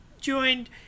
joined